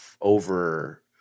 over